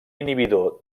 inhibidor